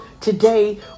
Today